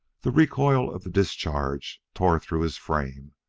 the recoil of the discharge tore through his frame,